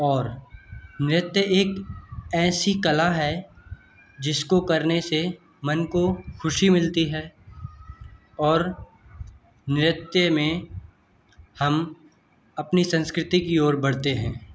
और नृत्य एक ऐसी कला है जिसको करने से मन को खुशी मिलती है और नृत्य में हम अपनी संस्कृति की ओर बढ़ते हैं